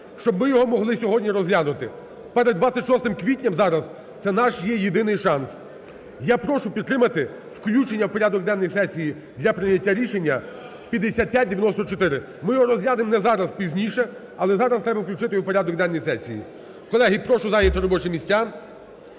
щоб ми його могли сьогодні розглянути перед 26 квітням зараз, це наш є єдиний шанс. Я прошу підтримати включення в порядок денний сесії для прийняття 5594. Ми його розглянемо не зараз, пізніше, але зараз треба включити його в порядок денний сесії. Колеги, прошу зайняти робочі місця